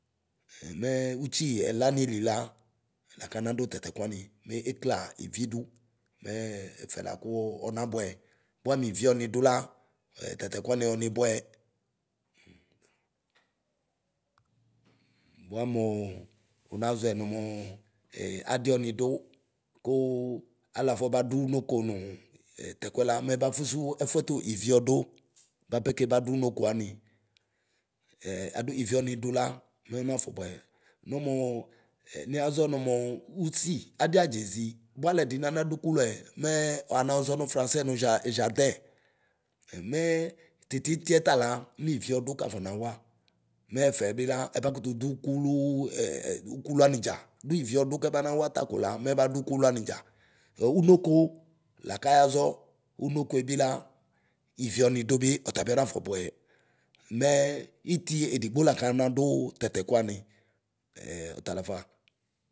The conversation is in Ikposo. Mɛɛ utsi ɛlaniɛli la lakanadu tatɛkuani mɛ eklɔ ivi du. Mɛ ɛfɛ la kuu ɔnabuɛ bua mivi ɔnidu la. Tatɛkuwani ɔnibʋɛ. Bua muu unaʒɔɛ numu adi ɔnidu kua aluafɔ badu unoko nuu ɛ. Tɛkuɛla mɛba fusu ɛfuɛtu iviɔdu bapɛ kɛbaduno koami. adu i viɔnidu la mɔ ma fɔbuɛ. Mɛ muu ɛ. Niyaʒɔ numu usi, adi adzeʒi buaaluɛdini anadukuluɛ; mɛɛ wuanɔɔʒɔ nu frasɛ nu zar. Mɛɛ titiɛta la mivi ɔdu kafɔ nawa. Mɛfɛbila ɛba kutudu ukuluu ukulani dʒa duiviɔdu kɛbanawa ta kola mɛbadukulu ani dʒa. Ɔunoko lakayaʒɔ. Unokoe bila ivi ɔnidu bi ɔtabiɔnafɔ bʋɛ. Mɛɛ iti édigbo la kaɔnaduu tatɛkua ni. ɔtala a.